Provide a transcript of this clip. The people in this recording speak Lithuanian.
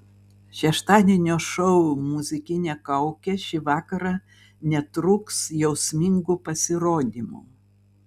šeštadienio šou muzikinė kaukė šį vakarą netrūks jausmingų pasirodymų